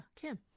Kim